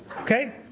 Okay